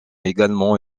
également